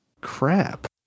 Crap